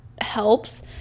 helps